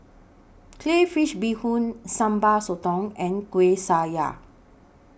Crayfish Beehoon Sambal Sotong and Kueh Syara